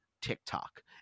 TikTok